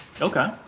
Okay